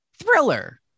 thriller